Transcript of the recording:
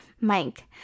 Mike